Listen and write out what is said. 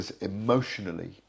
emotionally